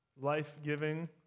life-giving